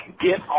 get